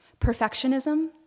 Perfectionism